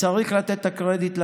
וצריך לתת את הקרדיט לצבא.